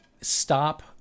stop